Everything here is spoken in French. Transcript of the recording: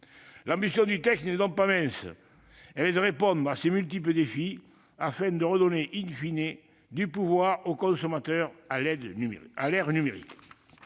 L'ambition du texte n'est donc pas mince ! Elle est de répondre à ces multiples défis, afin de redonner du pouvoir aux consommateurs à l'ère du numérique.